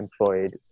employed